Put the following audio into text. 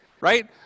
right